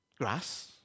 grass